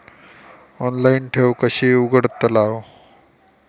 Online ठेव कशी उघडतलाव?